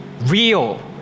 real